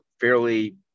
fairly –